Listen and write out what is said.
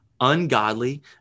ungodly